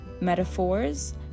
metaphors